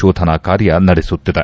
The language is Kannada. ಶೋಧನಾ ಕಾರ್ಯ ನಡೆಸುತ್ತಿದೆ